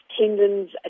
tendons